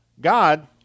God